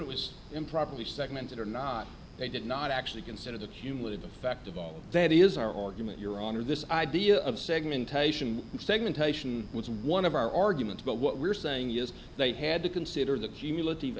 it was improperly segmented or not they did not actually consider the cumulative effect of all that is our argument your honor this idea of segmentation segmentation was one of our arguments but what we're saying is they had to consider the cumulative